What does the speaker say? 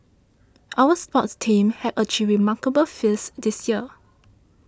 our sports teams have achieved remarkable feats this year